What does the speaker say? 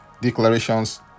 Declarations